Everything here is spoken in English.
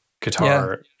guitar